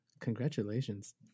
Congratulations